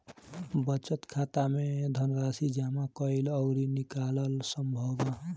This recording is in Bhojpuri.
बचत खाता में धनराशि जामा कईल अउरी निकालल संभव बा